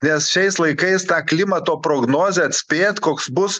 nes šiais laikais tą klimato prognozę atspėt koks bus